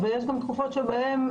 ויש תקופות שבהן,